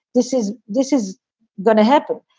this is this is gonna happen.